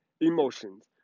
emotions